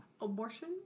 abortion